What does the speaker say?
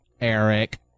Eric